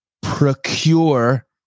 procure